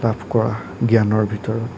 লাভ কৰা জ্ঞানৰ ভিতৰত